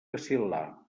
vacil·lar